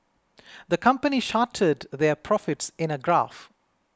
the company charted their profits in a graph